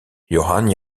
johann